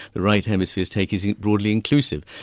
the right hemisphere's take is broadly inclusive,